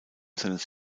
seines